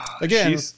Again